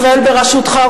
ישראל בראשותך,